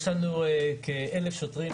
יש לנו כ-1,000 שוטרים,